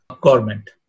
government